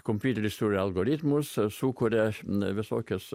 kompiuteris jau algoritmus sukuria na visokius